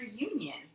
reunion